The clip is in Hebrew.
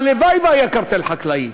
הלוואי שהיה קרטל חקלאי.